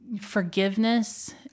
forgiveness